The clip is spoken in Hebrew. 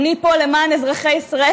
אני פה למען אזרחי ישראל,